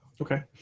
Okay